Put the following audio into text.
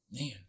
Man